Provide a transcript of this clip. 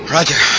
Roger